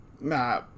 Nah